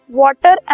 water